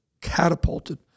catapulted